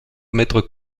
mètre